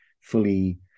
fully